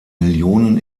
millionen